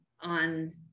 on